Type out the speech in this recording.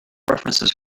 references